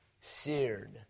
seared